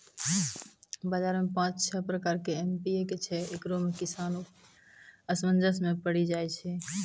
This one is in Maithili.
बाजार मे पाँच छह प्रकार के एम.पी.के छैय, इकरो मे किसान असमंजस मे पड़ी जाय छैय?